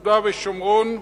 ביהודה ושומרון,